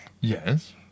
Yes